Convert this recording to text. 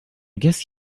guess